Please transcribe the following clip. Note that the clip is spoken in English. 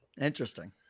interesting